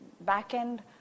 back-end